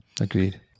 Agreed